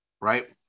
right